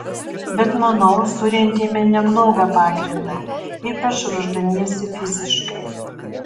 bet manau surentėme neblogą pagrindą ypač ruošdamiesi fiziškai